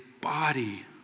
body